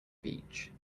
beach